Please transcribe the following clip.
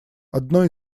одной